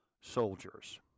soldiers